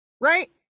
right